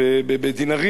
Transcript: כדי לא לדבר.